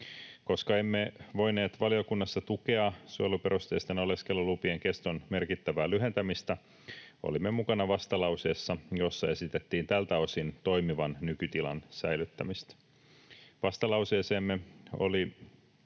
Koska emme voineet valiokunnassa tukea suojeluperusteisten oleskelulupien keston merkittävää lyhentämistä, olimme mukana vastalauseessa, jossa esitettiin tältä osin toimivan nykytilan säilyttämistä. Vastalauseemme oli